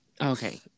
Okay